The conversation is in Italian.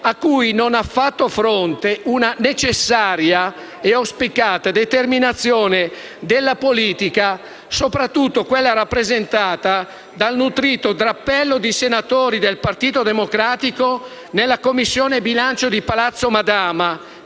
cui non ha fatto fronte una necessaria ed auspicata determinazione della politica, soprattutto quella rappresentata dal nutrito drappello di senatori del Partito Democratico nella Commissione bilancio di Palazzo Madama,